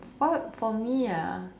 what for me ah